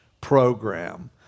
program